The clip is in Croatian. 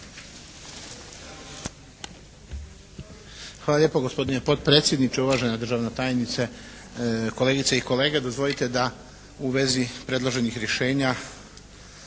Hvala lijepa gospodine potpredsjedniče, uvažena državna tajnice, kolegice i kolege. Dozvolite da u vezi predloženih rješenja